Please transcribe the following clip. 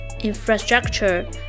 infrastructure